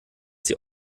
sie